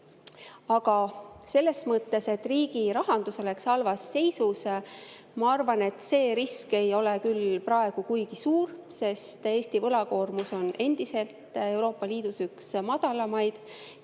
Aga selles mõttes, et riigi rahandus oleks halvas seisus, ma arvan, et see risk ei ole küll praegu kuigi suur, sest Eesti võlakoormus on endiselt Euroopa Liidus üks madalamaid